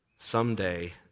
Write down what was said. Someday